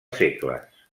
segles